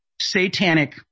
satanic